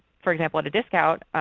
for example, at a discount,